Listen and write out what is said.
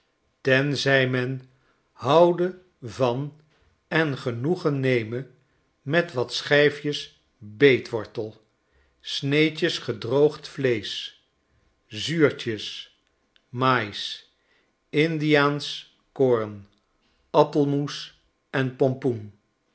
tenzij men houde van en genoegen neme met wat schijfjes beetwortel sneedjes gedroogd vleesch zuurtjes mais indiaansch koorn appelmoes en pompoen